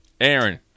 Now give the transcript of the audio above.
Aaron